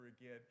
again